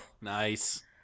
Nice